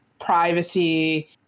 Privacy